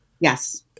Yes